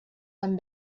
van